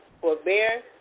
forbear